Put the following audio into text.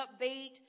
upbeat